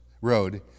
Road